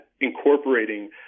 incorporating